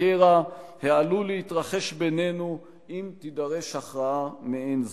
הקרע העלול להתרחש בינינו אם תידרש הכרעה מעין זו.